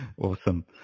Awesome